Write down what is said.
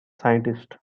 scientist